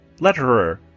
Letterer